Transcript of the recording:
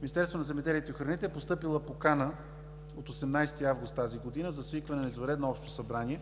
Министерство на земеделието и храните е постъпила покана от 18 август тази година за свикване на извънредно Общо събрание